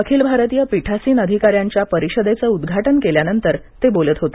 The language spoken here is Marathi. अखिल भारतीय पीठासीन अधिकाऱ्यांच्या परीषदेचं उद्घाटन केल्यानंतर ते बोलत होते